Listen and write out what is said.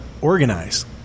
organize